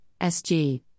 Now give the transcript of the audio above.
SG